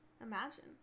imagine